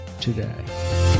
today